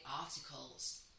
articles